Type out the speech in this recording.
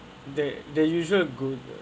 that the usual group